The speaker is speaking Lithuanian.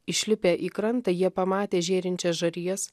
išlipę į krantą jie pamatė žėrinčias žarijas